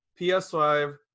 PS5